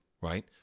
right